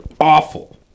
awful